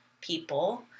people